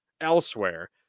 elsewhere